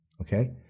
Okay